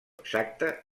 exacta